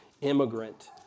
immigrant